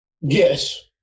Yes